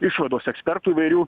išvados ekspertų įvairių